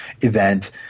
event